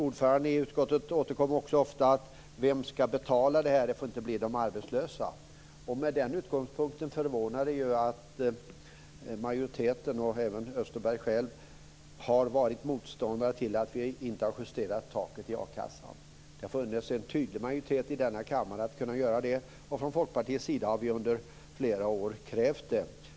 Ordföranden i utskottet återkom också ofta till vem som ska betala det här; det får inte bli de arbetslösa. Med den utgångspunkten förvånar det ju att majoriteten och även Österberg själv har varit motståndare till att justera taket i a-kassan. Det har funnits en tydlig majoritet i denna kammare för att man skulle kunna göra det, och från Folkpartiets sida har vi under flera år krävt det.